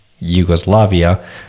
Yugoslavia